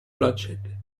bloodshed